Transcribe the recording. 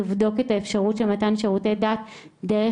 לבדוק את האפשרות של מתן שירותי דת דרך